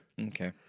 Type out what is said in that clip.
Okay